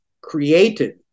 created